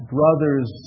Brothers